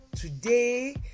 today